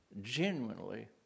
genuinely